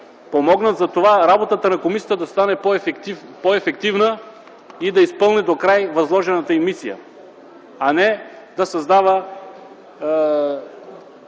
помогнат за това работата на комисията да стане по-ефективна и да изпълни докрай възложената й мисия, а не да създава